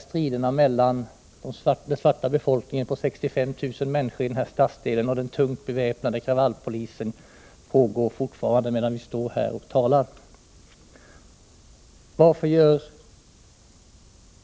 Striderna mellan den svarta befolkningen på 65 000 människor och den tungt beväpnade kravallpolisen pågår fortfarande, medan vi står här och talar. Varför gör